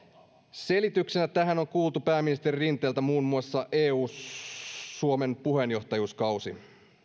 selityksenä tähän on kuultu pääministeri rinteeltä muun muassa suomen eu puheenjohtajuuskausi